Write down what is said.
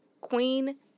Queen